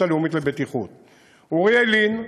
הלאומית לבטיחות בדרכים: את אוריאל לין,